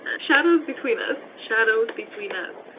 shadows between us, shadows between us.